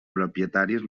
propietaris